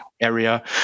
area